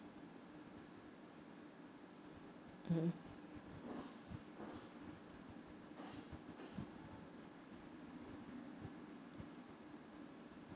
mmhmm